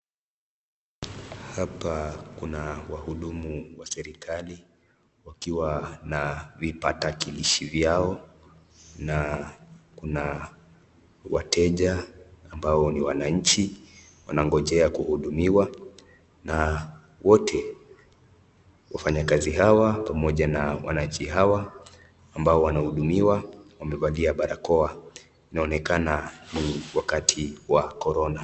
Hapa kuna wahudumu wa serikali wakiwa na vipatakilishi vyao na wateja ambao ni wananchi wanangoja kuhudumiwa na wote wafanyakazi na wananchi wamevaa barakoa, inaonekana ni wakati wa corona.